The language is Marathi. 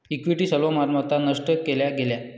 इक्विटी सर्व मालमत्ता नष्ट केल्या गेल्या